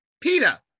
PETA